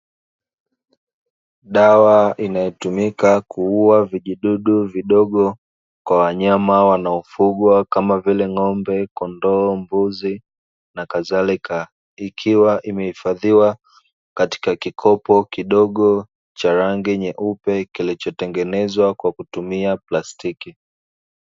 Dawa inayotumika kuuwa vijidudu vidogo kwa wanyama wanaofugwa Kama vile ng'ombe, kondoo, mbuzi na kadhalika ikiwa imehifadhiwa katika kikopo kidogo cha rangi nyeupe kilichotengenezwa kwa kutumia plastiki.